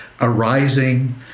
arising